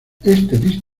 este